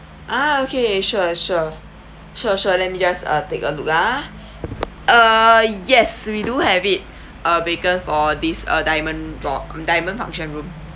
ah okay sure sure sure sure let me just uh take a look ah err yes we do have it uh vacant for these uh diamond bo~ diamond function room